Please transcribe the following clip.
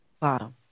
Bottom